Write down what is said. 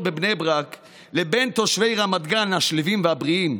בבני ברק לבין תושבי רמת גן השלווים והבריאים.